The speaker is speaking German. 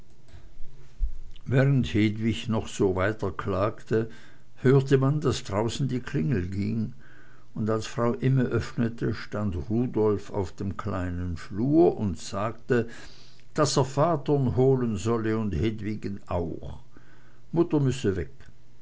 während hedwig noch so weiterklagte hörte man daß draußen die klingel ging und als frau imme öffnete stand rudolf auf dem kleinen flur und sagte daß er vatern holen solle und hedwigen auch mutter müsse weg